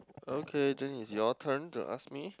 okay then it's your turn to ask me